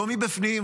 לא מבפנים,